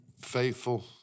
faithful